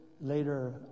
later